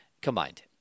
combined